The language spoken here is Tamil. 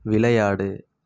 விளையாடு